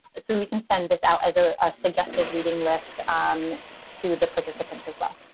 so we can send this out as a suggested reading list um to the participants as well.